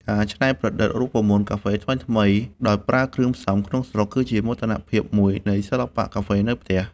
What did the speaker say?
ការច្នៃប្រឌិតរូបមន្តកាហ្វេថ្មីៗដោយប្រើគ្រឿងផ្សំក្នុងស្រុក គឺជាមោទនភាពមួយនៃសិល្បៈកាហ្វេនៅផ្ទះ។